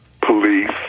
police